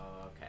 okay